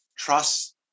trust